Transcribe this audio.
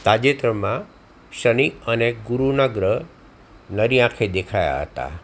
તાજેતરમાં શનિ અને ગુરુના ગ્રહ નરી આંખે દેખાયા હતા